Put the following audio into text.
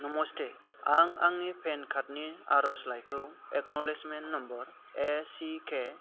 नमस्टे आं आंनि पेन कार्डनि आर'जलाइखौ एक्नलेजमेन्ट नम्बर एसिके